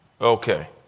Okay